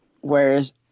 Whereas